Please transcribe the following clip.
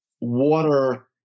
water